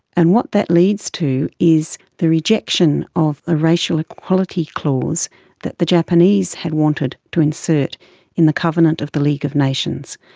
and what that leads to is the rejection of the ah racial equality clause that the japanese had wanted to insert in the covenant of the league of nations.